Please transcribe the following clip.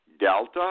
Delta